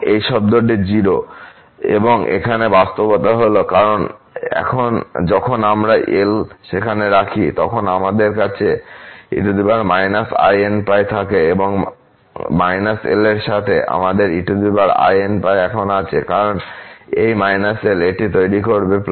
এবং এই শব্দটি 0 এবং এখানে বাস্তবতা হল কারণ যখন আমরা l সেখানে রাখি তখন আমাদের কাছে e−inπ থাকে এবং −l এর সাথে আমাদের einπ এখন আছে কারণ এই −l এটি তৈরি করবে